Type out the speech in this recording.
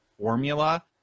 formula